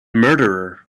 murder